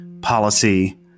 policy